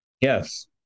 Yes